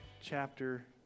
chapter